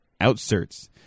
outserts